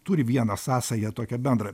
turi vieną sąsają tokią bendrą